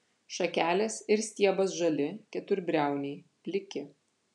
šakelės ir stiebas žali keturbriauniai pliki